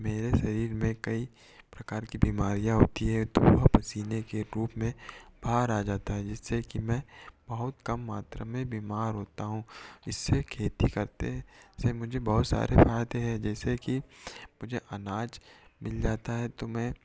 मेरे शरीर में कई प्रकार की बीमारियाँ होती हैं तो वह पसीने के रूप में बाहर आ जाता है जिससे कि मैं बहुत कम मात्रा में बीमार होता हूँ इससे खेती करते से मुझे बहोत सारे फ़ायदे हैं जैसे कि मुझे अनाज मिल जाता है तो मैं